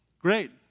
Great